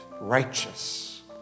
righteous